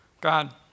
God